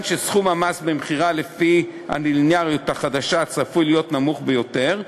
שסכום המס במכירה לפי הליניאריות החדשה צפוי להיות נמוך ביותר,